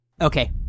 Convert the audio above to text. Okay